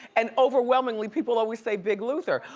and overwhelmingly, people always say big luther.